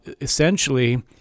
essentially